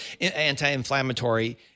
anti-inflammatory